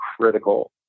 critical